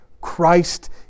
Christ